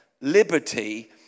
liberty